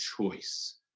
choice